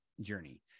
journey